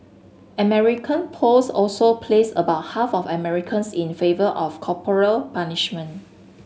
American polls also placed about half of Americans in favour of corporal punishment